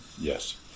Yes